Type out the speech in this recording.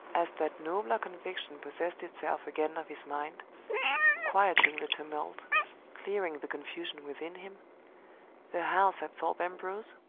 as that nobler conviction possessed itself again of his mind quieting the tumult, clearing the confusion within him the house at thorpe ambrose,